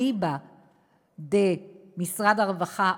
אליבא דמשרד הרווחה,